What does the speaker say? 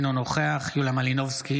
אינו נוכח יוליה מלינובסקי,